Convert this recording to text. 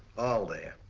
all there.